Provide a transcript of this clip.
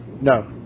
No